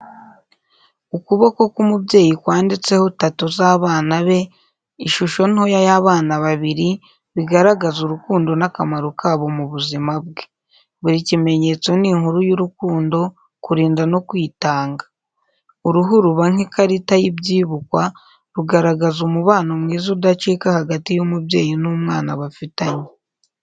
Ukuboko k’umubyeyi kwanditseho tattoo z’abana be, ishusho ntoya y'abana babiri, bigaragaza urukundo n’akamaro kabo mu buzima bwe. Buri kimenyetso ni inkuru y’urukundo, kurinda no kwitanga. Uruhu ruba nk’ikarita y’ibyibukwa, rugaragaza umubano mwiza udacika hagati y’umubyeyi n’umwana bafitanye.